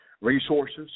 resources